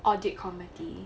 audit committee